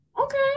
okay